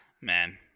man